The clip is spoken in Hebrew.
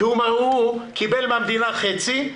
כי הוא קיבל מהמדינה חצי,